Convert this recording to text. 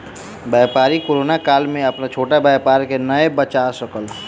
व्यापारी कोरोना काल में अपन छोट व्यापार के नै बचा सकल